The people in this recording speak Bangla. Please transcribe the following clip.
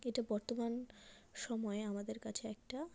এটা বর্তমান সময়ে আমাদের কাছে একটা